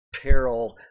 peril